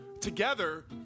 together